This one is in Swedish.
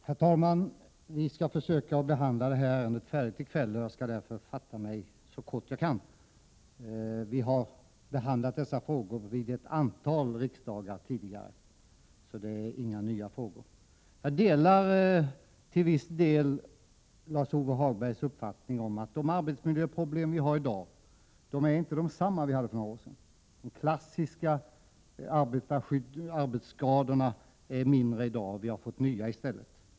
Herr talman! Vi skall försöka att behandla det här ärendet färdigt i kväll, och jag skall därför fatta mig så kort som jag kan. Vi har behandlat dessa frågor vid ett antal tidigare riksmöten, så det gäller inte några nya frågor. Jag delar Lars-Ove Hagbergs uppfattning i så måtto att de arbetsmiljöproblem som vi har i dag inte är desamma som de som vi hade för några år sedan. Antalet klassiska arbetsskador är mindre i dag, men vi har fått nya i stället.